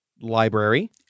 library